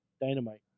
Dynamite